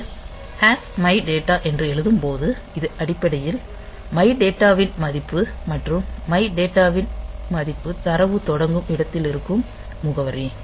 பிறகு hash my data என்று எழுதும் போது இது அடிப்படையில் மை டேட்டா வின் மதிப்பு மற்றும் மை டேட்டா வின் மதிப்பு தரவு தொடங்கும் இடத்திலிருக்கும் முகவரி